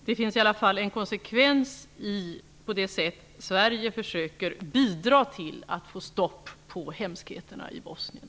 Det finns en konsekvens i det sätt Sverige försöker bidra till att få stopp på hemskheterna i Bosnien.